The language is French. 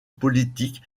politique